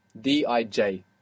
D-I-J